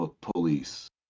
police